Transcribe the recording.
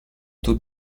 taux